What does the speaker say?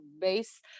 base